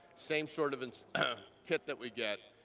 same sort of kit that we get,